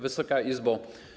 Wysoka Izbo!